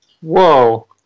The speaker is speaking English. Whoa